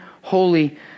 holy